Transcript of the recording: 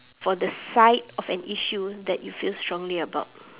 for the side of an issue that you feel strongly about